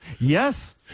Yes